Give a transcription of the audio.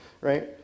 right